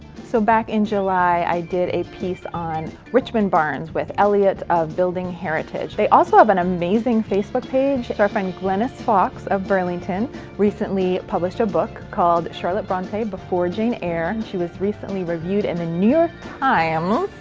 so back in july i did a piece on richmond barns with eliot of building heritage, they also have an amazing facebook page our friend glynnis fawkes of burlington recently published a book called charlotte bronte before jane eyre. she was recently reviewed in the new york times.